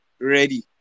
ready